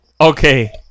Okay